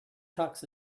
tux